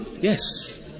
Yes